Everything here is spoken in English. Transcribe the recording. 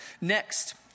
next